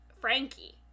Frankie